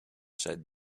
said